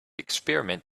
experiment